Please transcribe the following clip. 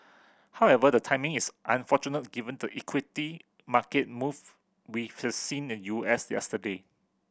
however the timing is unfortunate given the equity market move we could seen in the U S yesterday